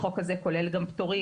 החוק הזה כולל גם פטורים,